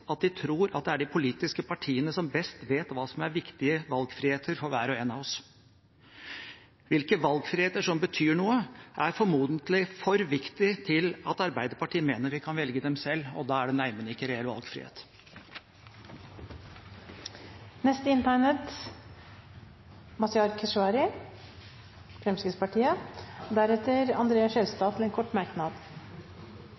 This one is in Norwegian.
at de tror det er de politiske partiene som best vet hva som er viktige valgfriheter for hver og en av oss. Hvilke valgfriheter som betyr noe, er formodentlig for viktig til at Arbeiderpartiet mener vi kan velge dem selv, og da er det neimen ikke reell valgfrihet.